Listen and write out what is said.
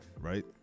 right